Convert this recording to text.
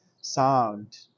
sound